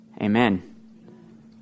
Amen